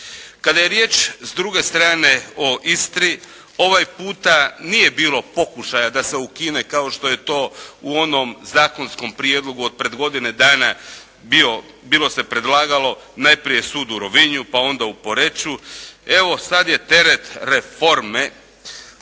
Kada je riječ s druge strane o Istri, ovaj puta nije bilo pokušaja da se ukine kao što je to u onom zakonskom prijedlogu od pred godine dana bilo se predlagalo. Najprije sud u Rovinju, pa onda u Poreču. Evo sad je teret reforme